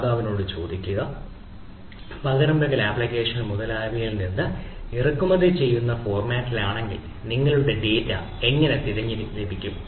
ദാതാവിനോട് ചോദിക്കുക പകരംവയ്ക്കൽ ആപ്ലിക്കേഷൻ മുതലായവയിൽ നിന്ന് ഇറക്കുമതി ചെയ്യുന്ന ഫോർമാറ്റിലാണെങ്കിൽ നിങ്ങളുടെ ഡാറ്റ എങ്ങനെ തിരികെ ലഭിക്കും